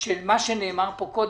של מה שנאמר פה קודם,